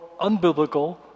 unbiblical